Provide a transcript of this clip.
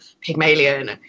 Pygmalion